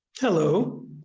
Hello